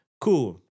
Cool